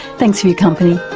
thanks for your company,